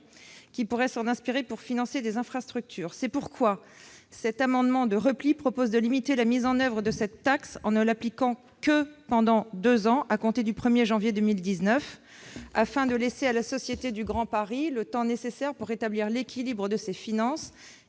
pourraient s'en inspirer pour financer des infrastructures. C'est pourquoi cet amendement de repli vise à limiter à deux ans la période d'application de cette taxe, à compter du 1 janvier 2019, afin de laisser à la Société du Grand Paris le temps nécessaire pour rétablir l'équilibre de ses finances